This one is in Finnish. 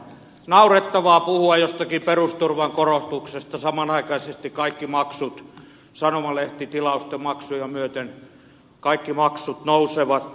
naurettavaa puhua jostakin perusturvan korotuksesta samanaikaisesti kun kaikki maksut sanomalehtitilausten maksuja myöten nousevat